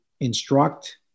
instruct